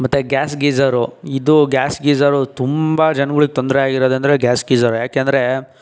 ಮತ್ತೆ gas geyser ಇದು gas geyser ತುಂಬ ಜನಗಳಿಗೆ ತೊಂದರೆ ಆಗಿರುವುದೆಂದರೆ ಗ್ಯಾಸ್ ಗೀಜರು ಯಾಕೆಂದರೆ